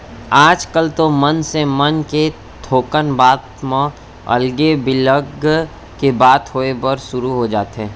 आजकल तो मनसे मन के थोकन बात म अलगे बिलग के बात होय बर सुरू हो जाथे